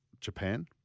Japan